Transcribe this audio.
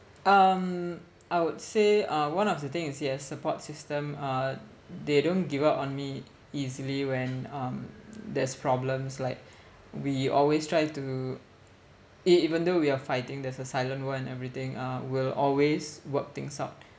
um I would say uh one of the thing is yes support system uh they don't give up on me easily when um there's problems like we always try to e~ even though we are fighting there's a silent war and everything uh we'll always work things out